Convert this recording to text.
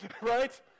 right